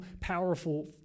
powerful